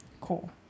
Cool